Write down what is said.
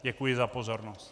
Děkuji za pozornost.